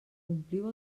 ompliu